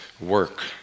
work